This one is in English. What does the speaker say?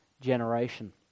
generation